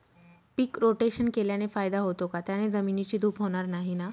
पीक rotation केल्याने फायदा होतो का? त्याने जमिनीची धूप होणार नाही ना?